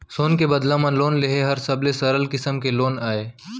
सोन के बदला म लोन लेहे हर सबले सरल किसम के लोन अय